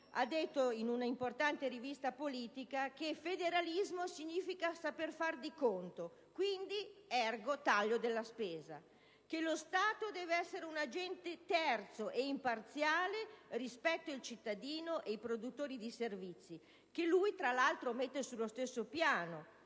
in un'importante rivista politica ha detto che federalismo significa sapere far di conto (*ergo*, occorre tagliare la spesa) e che lo Stato deve essere un agente terzo ed imparziale rispetto al cittadino e ai produttori di servizi, che il Ministro tra l'altro mette sullo stesso piano,